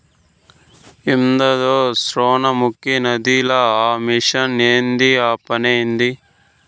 ఏందద సొర్ణముఖి నదిల ఆ మెషిన్ ఏంది ఆ పనేంది